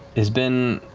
has been